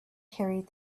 carried